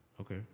Okay